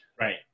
Right